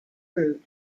route